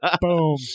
Boom